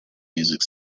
music